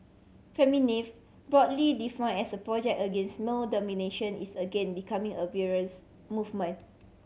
broadly define as a project against male domination is again becoming a movement